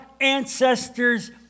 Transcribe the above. ancestors